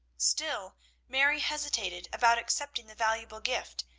still mary hesitated about accepting the valuable gift,